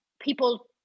people